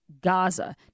Gaza